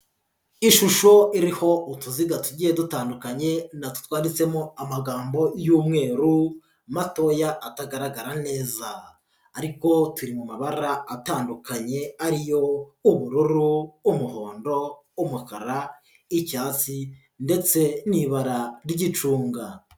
Ishusho iriho utuziga tugiye dutandukanye, na two twanditsemo amagambo y'umweru matoya atagaragara neza. Ariko turi mu mabara atandukanye ari yo: ubururu, umuhondo, umukara, icyatsi ndetse n'ibara ry'icunga.